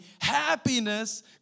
happiness